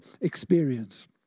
experience